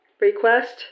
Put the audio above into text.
Request